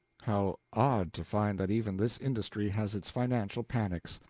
how odd to find that even this industry has its financial panics,